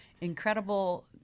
incredible